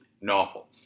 novel